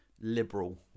liberal